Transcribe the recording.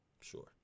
sure